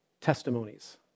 testimonies